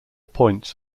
points